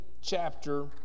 chapter